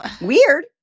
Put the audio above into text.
weird